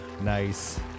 Nice